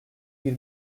bir